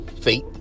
faith